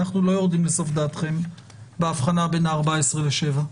אנחנו לא יורדים לסוף דעתכם בהבחנה בין ה-14 לשבע.